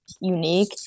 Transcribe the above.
unique